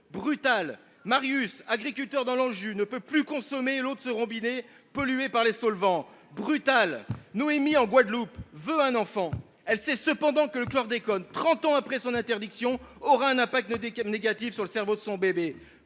brutal ! Marius, agriculteur dans l’Anjou, ne peut plus consommer l’eau de son robinet, polluée par des solvants : brutal ! Noémie, en Guadeloupe, veut un enfant. Elle sait cependant que le chlordécone, trente ans après son interdiction, affectera le cerveau de son bébé